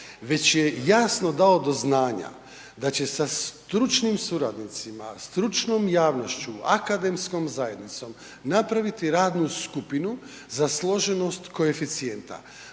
već je jasno dao do znanja da će sa stručnim suradnicima, stručnom javnošću, akademskom zajednicom napraviti radnu skupinu za složenost koeficijenta.